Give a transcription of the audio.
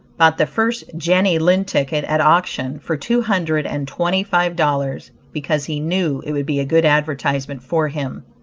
bought the first jenny lind ticket at auction for two hundred and twenty-five dollars, because he knew it would be a good advertisement for him.